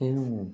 ಏನು